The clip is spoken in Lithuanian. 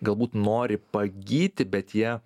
galbūt nori pagyti bet jie